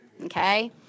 okay